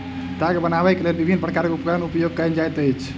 ताग बनयबाक लेल विभिन्न प्रकारक उपकरणक उपयोग कयल जाइत अछि